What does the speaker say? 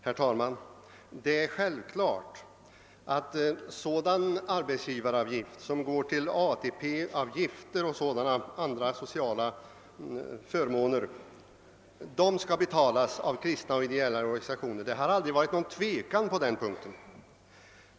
Herr talman! Det är självklart att en sådan arbetsgivaravgift som går till ATP och andra sociala förmåner skall betalas av kristna och ideella organisationer, på den punkten har det aldrig varit någon tvekan.